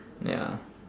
ya